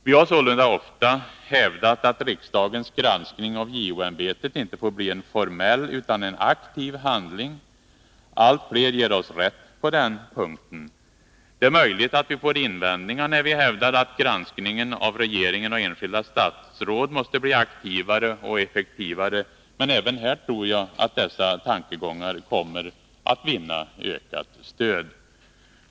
Vi har sålunda ofta hävdat att riksdagens granskning av JO-ämbetet inte får bli en formell utan måste vara en aktiv handling. Allt fler ger oss rätt på den punkten. Det är möjligt att vi får invändningar när vi hävdar att granskningen av regeringen och enskilda statsråd måste bli aktivare och effektivare. Men jag tror att även dessa tankegångar kommer att vinna ökat stöd.